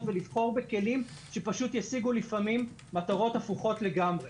ולבחור בכלים שפשוט ישיגו לפעמים מטרות הפוכות לגמרי.